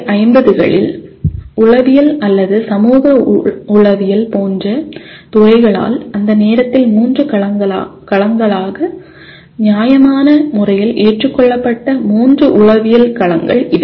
1950 களில் உளவியல் அல்லது சமூக உளவியல் போன்ற துறைகளால் அந்த நேரத்தில் மூன்று களங்களாக நியாயமான முறையில் ஏற்றுக்கொள்ளப்பட்ட மூன்று உளவியல் களங்கள் இவை